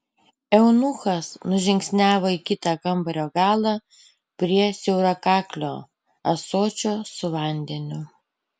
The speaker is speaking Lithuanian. eunuchas nužingsniavo į kitą kambario galą prie siaurakaklio ąsočio su vandeniu